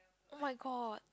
oh-my-god